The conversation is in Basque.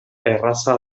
erraza